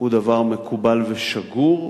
הוא דבר מקובל ושגור.